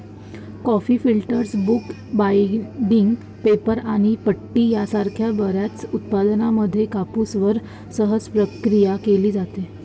coffee filters, book binding, paper आणि पट्टी यासारख्या बर्याच उत्पादनांमध्ये कापूसवर सहज प्रक्रिया केली जाते